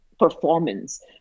performance